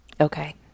Okay